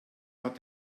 hat